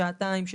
שעתיים,